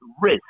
risk